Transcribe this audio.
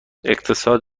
اقتصاد